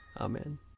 Amen